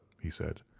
he said,